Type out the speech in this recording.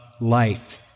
light